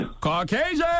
Caucasian